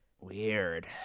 Weird